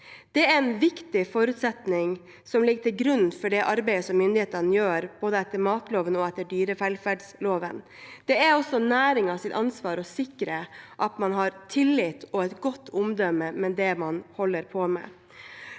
Det er en viktig forutsetning som ligger til grunn for det arbeidet som myndighetene gjør, både etter matloven og etter dyrevelferdsloven. Det er altså næringens ansvar å sikre at man har tillit og et godt omdømme i det man holder på med.